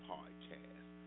Podcast